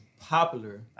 popular